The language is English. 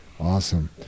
Awesome